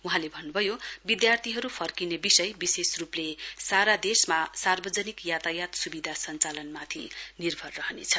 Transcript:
वहाँले भन्नुभयो विद्यार्थीहरू फर्किने विषय विशेषरूपले सारा देशमा सार्वजनिक यातायात सुविधा सञ्चालनमाथि निर्भर रहनेछ